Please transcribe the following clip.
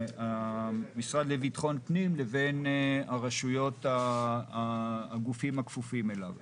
המשרד לביטחון פנים לבין הגופים הכפופים אליו.